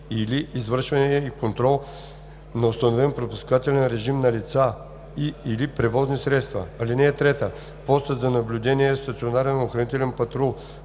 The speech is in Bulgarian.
и/или извършване и контрол на установен пропускателен режим на лица и/или превозни средства. (3) Постът за наблюдение е стационарен охранителен патрул